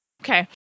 Okay